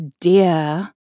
dear